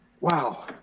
wow